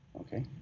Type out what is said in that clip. Okay